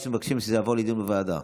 או שמבקשים שזה יעבור לדיון בוועדה?